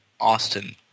Austin